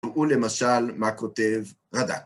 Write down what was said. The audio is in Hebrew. ולמשל, מה כותב רד"ק.